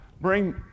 bring